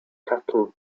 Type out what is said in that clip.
cattle